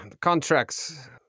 contracts